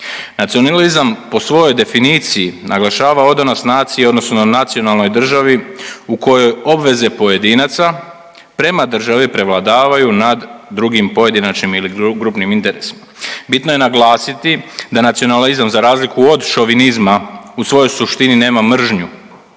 Nacionalizam po svojoj definiciji naglašava odanost naciji u odnosu na nacionalnoj državi u kojoj obveze pojedinaca prema državi prevladavaju nad drugim pojedinačnim ili grupnim interesima. Bitno je naglasiti da nacionalizam za razliku od šovinizma u svojoj suštini nema mržnju